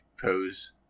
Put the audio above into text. pose